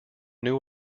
new